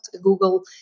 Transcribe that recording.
Google